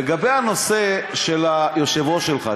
לגבי הנושא של היושב-ראש שלך.